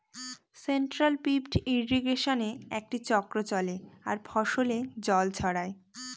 central pivot ইর্রিগেশনে একটি চক্র চলে আর ফসলে জল ছড়ায়